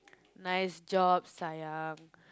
nice job sayang